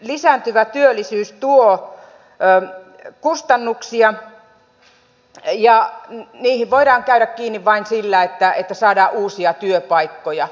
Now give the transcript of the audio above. lisääntyvä työllisyys tuo kustannuksia ja niihin voidaan käydä kiinni vain sillä että saadaan uusia työpaikkoja